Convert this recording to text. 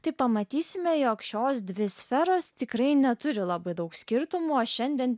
tai pamatysime jog šios dvi sferos tikrai neturi labai daug skirtumo šiandien